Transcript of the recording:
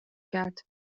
کرد